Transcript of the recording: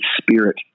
spirit